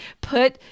put